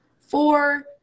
four